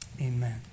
Amen